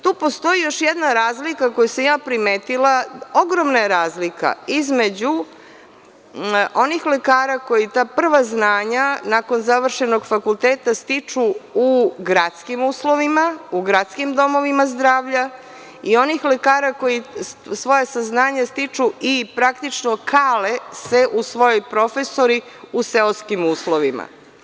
Tu postoji još jedna razlika koju sam primetila, ogromna je razlika između onih lekara koji prva znanja nakon završenog fakulteta stiču u gradskim uslovima, u gradskim domovima zdravlja i onih lekara koji svoje saznanje stiču i praktično kale se u svojoj profesiji u seoskim uslovima.